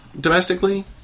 domestically